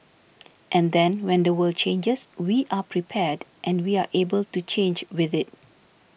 and then when the world changes we are prepared and we are able to change with it